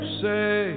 say